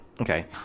okay